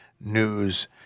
news